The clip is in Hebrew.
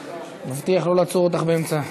מבטיח לא לעצור אותך באמצע.